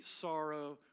sorrow